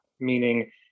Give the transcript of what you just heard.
meaning